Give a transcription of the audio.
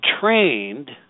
trained –